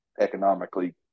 economically